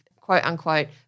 quote-unquote